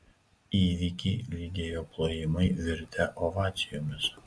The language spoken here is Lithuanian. įvykį lydėjo plojimai virtę ovacijomis